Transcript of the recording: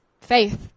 faith